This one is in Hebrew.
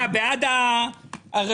אתה בעד הרפורמה?